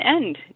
end